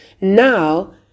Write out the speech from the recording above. Now